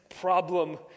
problem